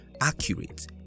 accurate